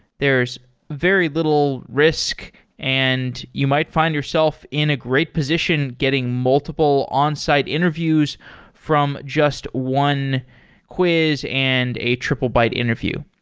there's very little risk and you might find yourself in a great position getting multiple onsite interviews from just one quiz and a triplebyte interview.